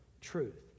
truth